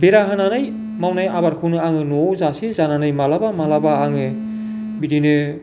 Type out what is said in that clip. बेरा होनानै मावनाय आबादखौनो आङो न'आव जासे जानानै माब्लाबा माब्लाबा आङो बिदिनो